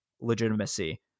legitimacy